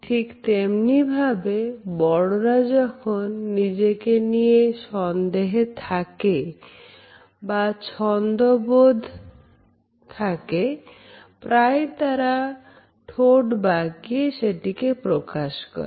ঠিক তেমনিভাবে বড়রা যখন নিজেকে নিয়ে সন্দেহ থাকে বা ছন্দোবদ্ধ থাকেপ্রায়ই তারা ঠোঁট বাকিয়ে সেটি কে প্রকাশ করে